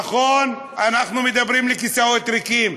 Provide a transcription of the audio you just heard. נכון, אנחנו מדברים לכיסאות ריקים,